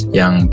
yang